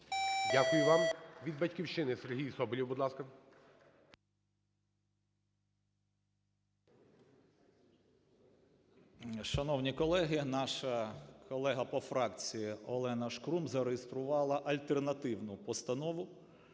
Дякую вам. Від "Батьківщини" Сергій Соболєв, будь ласка. 13:49:01 СОБОЛЄВ С.В. Шановні колеги, наша колега по фракції Олена Шкрум зареєструвала альтернативну постанову,